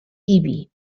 ibi